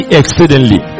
exceedingly